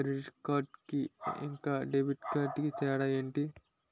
Credit card కి ఇంకా debit card కి తేడా ఏంటి?